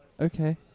okay